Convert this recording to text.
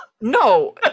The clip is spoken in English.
No